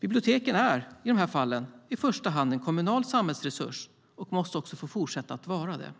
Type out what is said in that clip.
Biblioteken är i dessa fall i första hand en kommunal samhällsresurs och måste också få fortsätta att vara det.